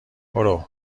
برو